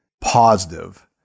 positive